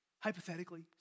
Hypothetically